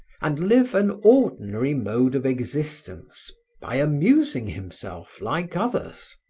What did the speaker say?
and live an ordinary mode of existence by amusing himself like others.